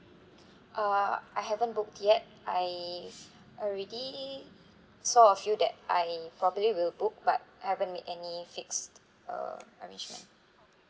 uh I haven't booked yet I already saw a few that I probably will book but I haven't made any fixed err arrangement